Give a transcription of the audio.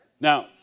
Now